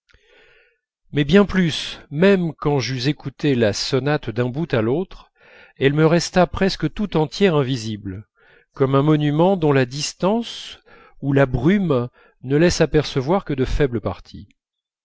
mais bien plus même quand j'eus écouté la sonate d'un bout à l'autre elle me resta presque tout entière invisible comme un monument dont la distance ou la brume ne laissent apercevoir que de faibles parties